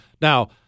Now